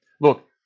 Look